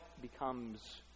becomes